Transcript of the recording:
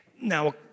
Now